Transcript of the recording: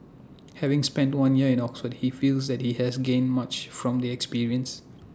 having spent one year in Oxford he feels that he has gained much from the experience